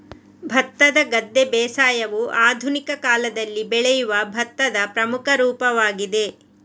ಭತ್ತದ ಗದ್ದೆ ಬೇಸಾಯವು ಆಧುನಿಕ ಕಾಲದಲ್ಲಿ ಬೆಳೆಯುವ ಭತ್ತದ ಪ್ರಮುಖ ರೂಪವಾಗಿದೆ